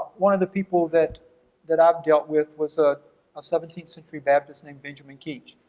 one of the people that that i've dealt with was a seventeenth century baptist named benjamin keach.